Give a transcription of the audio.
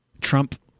Trump